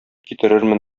китерермен